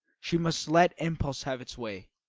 she must let impulse have its way.